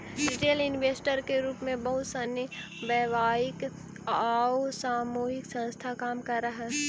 retail investor के रूप में बहुत सनी वैयक्तिक आउ सामूहिक संस्था काम करऽ हइ